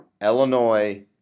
Illinois